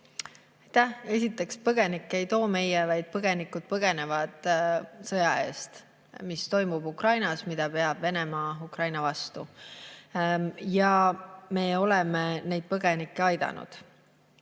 Esiteks, põgenikke ei too meie, vaid põgenikud põgenevad sõja eest, mis toimub Ukrainas ja mida peab Venemaa Ukraina vastu. Me oleme neid põgenikke aidanud.